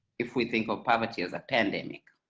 if we think of poverty as a pandemic.